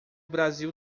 brasil